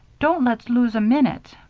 don't let's lose a minute.